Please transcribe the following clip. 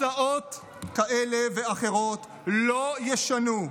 הצעות כאלה ואחרות לא ישנו,